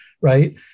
right